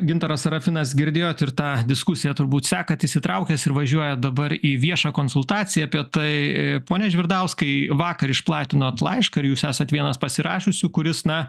gintaras sarafinas girdėjot ir tą diskusiją turbūt sekat įsitraukęs ir važiuoja dabar į viešą konsultaciją apie tai pone žvirdauskai vakar išplatinot laišką ir jūs esat vienas pasirašiusių kuris na